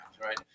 right